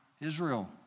Israel